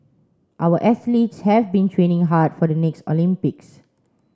our athletes have been training hard for the next Olympics